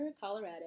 Colorado